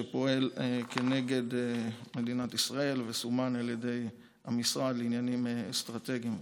שפועל כנגד מדינת ישראל וסומן על ידי המשרד לעניינים אסטרטגיים.